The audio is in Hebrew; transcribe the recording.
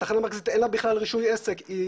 התחנה המרכזית אין לה בכלל רישוי עסק,